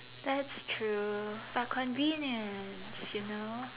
that's true for convenience you know